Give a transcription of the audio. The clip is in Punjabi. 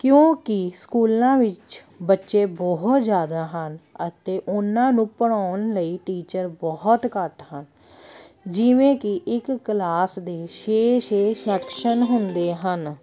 ਕਿਉਂਕਿ ਸਕੂਲਾਂ ਵਿੱਚ ਬੱਚੇ ਬਹੁਤ ਜ਼ਿਆਦਾ ਹਨ ਅਤੇ ਉਹਨਾਂ ਨੂੰ ਪੜ੍ਹਾਉਣ ਲਈ ਟੀਚਰ ਬਹੁਤ ਘੱਟ ਹਨ ਜਿਵੇਂ ਕਿ ਇੱਕ ਕਲਾਸ ਦੇ ਛੇ ਛੇ ਸੈਕਸ਼ਨ ਹੁੰਦੇ ਹਨ